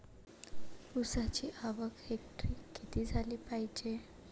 ऊसाची आवक हेक्टरी किती झाली पायजे?